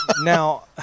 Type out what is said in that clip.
Now